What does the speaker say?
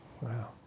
Wow